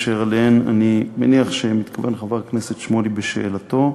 אשר אליהם אני מניח שמתכוון חבר הכנסת שמולי בשאלתו,